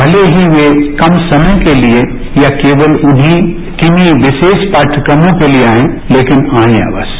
भले ही वे कम समय के लिए या केवल उन्हीं के लिए विशेष पाम्वक्रमों के लिए आएं लेकिन आएं अवश्य